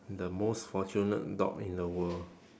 the most fortunate dog in the world